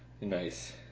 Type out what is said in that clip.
Nice